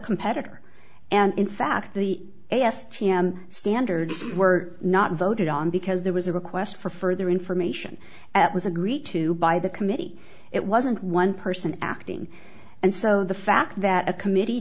competitor and in fact the f p m standards were not voted on because there was a request for further information at was agreed to by the committee it wasn't one person acting and so the fact that a committee